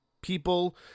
people